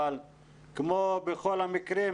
אבל כמו בכל המקרים,